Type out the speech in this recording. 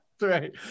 right